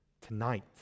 tonight